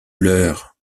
leur